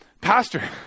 pastor